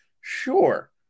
Sure